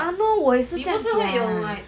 !hannor! 我也是这样讲